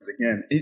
again